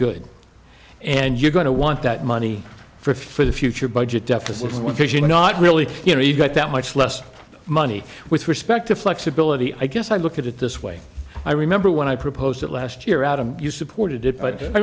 good and you're going to want that money for for the future budget deficit which is you know not really you know you've got that much less money with respect to flexibility i guess i look at it this way i remember when i proposed it last year out of you supported it but